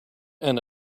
and